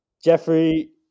Jeffrey